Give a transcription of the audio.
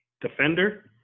defender